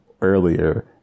earlier